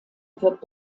wird